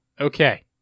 Okay